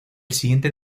siguiente